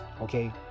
Okay